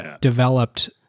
developed